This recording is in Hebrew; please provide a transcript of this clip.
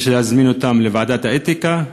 יש להזמין אותם לוועדת האתיקה,